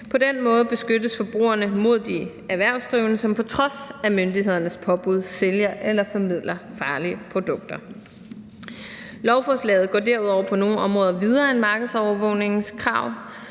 På den måde beskyttes forbrugerne mod de erhvervsdrivende, som på trods af myndighedernes påbud sælger eller formidler farlige produkter. Lovforslaget går derudover på nogle områder videre end markedsovervågningsforordningens krav.